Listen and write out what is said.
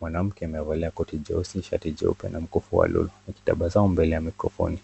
Mwanamke amevalia koti jeusi, shati jeupe na mkufu wa lulu akitabasamu mbele ya mikrofoni .